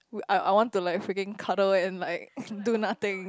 we I I want to like freaking cuddle and like do nothing